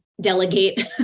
delegate